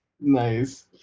Nice